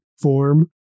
form